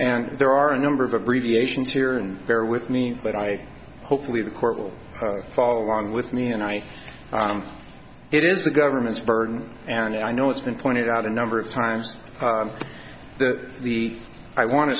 and there are a number of abbreviations here and bear with me but i hopefully the court will follow along with me and i am it is the government's burden and i know it's been pointed out a number of times that the i want to